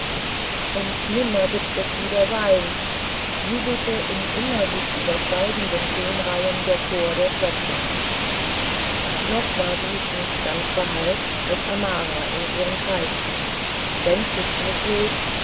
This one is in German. und nimmer gibt es wiedersein jubelte in immer sich übersteigenden tonreihen der chor der schwestern noch war dieser nicht ganz verhallt als amara in ihren kreis trat gänzlich schmucklos